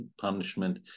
punishment